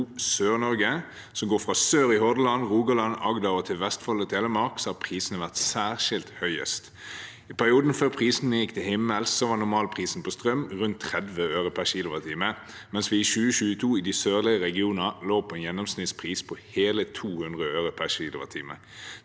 Sør-Norge, som går fra sør i Hordaland til Rogaland, Agder, Vestfold og Telemark – har prisene vært særskilt høye. I perioden før prisene gikk til himmels, var normalprisen på strøm rundt 30 øre per kWh, mens vi i 2022 i de sørlige regioner lå på en gjennomsnittspris på hele 200 øre per kWh.